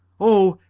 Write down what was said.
oh!